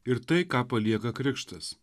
ir tai ką palieka krikštas